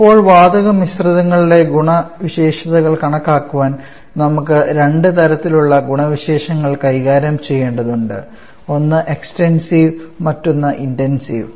ഇപ്പോൾ വാതക മിശ്രിതങ്ങളുടെ ഗുണവിശേഷതകൾ കണക്കാക്കാൻ നമുക്ക് രണ്ട് തരത്തിലുള്ള ഗുണവിശേഷങ്ങൾ കൈകാര്യം ചെയ്യേണ്ടതുണ്ട് ഒന്ന് എക്സ്ടെൻസീവ് മറ്റൊന്ന് ഇൻടെൻസീവ്